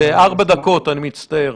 בארבע דקות, אני מצטער.